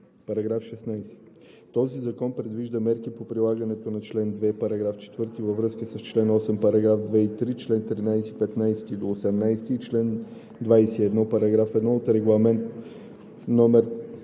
§ 16: „§ 16. Този закон предвижда мерки по прилагането на чл. 2, параграф 4 във връзка с чл. 8, параграф 2 и 3, чл. 13, 15 – 18 и чл. 21, параграф 1 от Регламент №